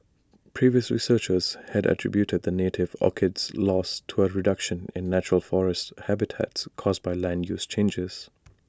previous researchers had attributed the native orchid's loss to A reduction in natural forest habitats caused by land use changes